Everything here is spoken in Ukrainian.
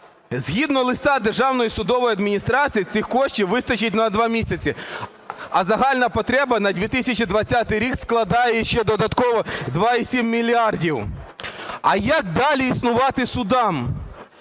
Згідно листа Державної судової адміністрації, цих коштів вистачить на два місці, а загальна потреба на 2020 рік складає ще додатково 2,7 мільярдів. А як далі існувати судам?